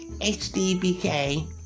H-D-B-K